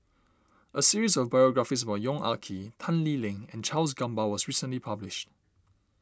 a series of biographies about Yong Ah Kee Tan Lee Leng and Charles Gamba was recently published